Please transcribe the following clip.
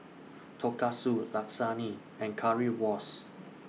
Tonkatsu Lasagne and Currywurst